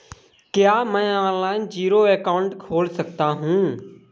क्या मैं online zero account खोल सकता हूँ?